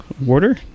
Water